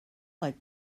like